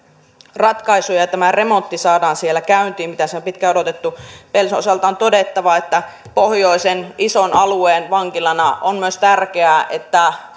ratkaisu ja siellä saadaan käyntiin tämä remontti mitä siellä on pitkään odotettu pelson osalta on todettava että pohjoisen ison alueen vankilana sille on myös tärkeää että